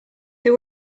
they